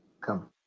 Come